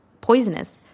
poisonous